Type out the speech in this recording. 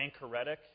Anchoretic